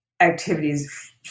activities